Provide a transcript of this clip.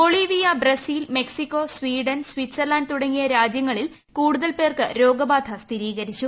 Bolivia Brazil Mexico Sweden Switzerland തുടങ്ങിയ രാജൃങ്ങളിൽ കൂടുതൽ പേർക്ക് രോഗബാധ സ്ഥിരീകരിച്ചു